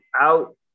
out